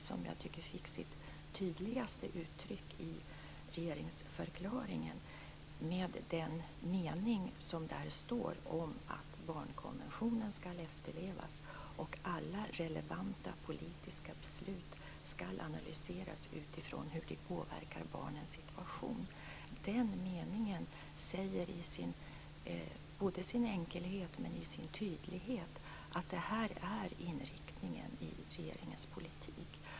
Detta tycker jag fick sitt tydligaste uttryck i regeringsförklaringen, i den mening där det står: "Barnkonventionen skall efterlevas och alla relevanta politiska beslut skall analyseras utifrån hur de påverkar barnens situation." Den meningen säger i sin enkelhet, men också i sin tydlighet, att det här är inriktningen i regeringens politik.